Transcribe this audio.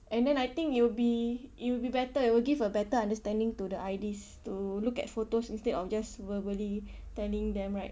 and then I think it will be it will be better it will give a better understanding to the I_D to look at photos instead of just verbally telling them right